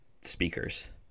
speakers